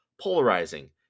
polarizing